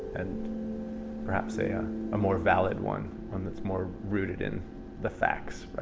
and perhaps a ah more valid one, one that's more rooted in the facts,